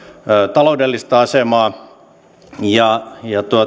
taloudellista asemaa ja